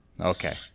Okay